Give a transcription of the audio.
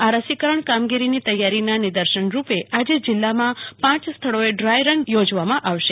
આ રસીકરણ કામગીરીની તૈયારીના નિરર્શન રૂપે આજે જિલ્લામાં પાંચ સ્થળોએ ડ્રાયરન યોજવામાં આવશે